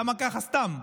למה ככה סתם?